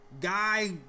guy